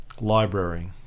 library